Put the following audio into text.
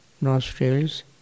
nostrils